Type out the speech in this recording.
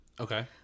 Okay